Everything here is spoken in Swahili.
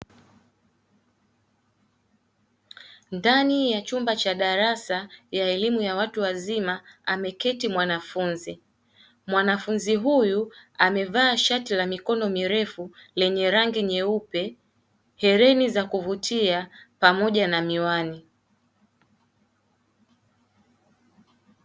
Ndani ya chumba cha darasa ya elimu ya watu wazima ameketi mwanafunzi, mwanafunzi huyu amevaa shati la mikono mirefu lenye rangi nyeupe, herini za kuvutia pamoja na miwani.